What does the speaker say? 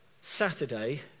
Saturday